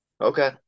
Okay